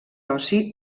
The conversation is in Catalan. ossi